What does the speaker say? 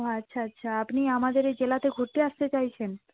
ও আচ্ছা আচ্ছা আপনি আমাদের এই জেলাতে ঘুরতে আসতে চাইছেন